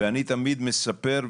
אני תמיד מספר,